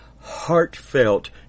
heartfelt